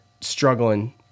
struggling